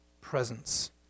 presence